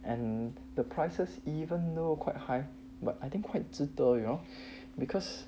and the prices even though quite high but I think quite 值得 you know because